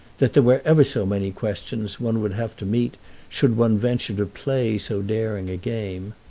that there were ever so many questions one would have to meet should one venture to play so daring a game.